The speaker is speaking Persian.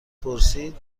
پرسید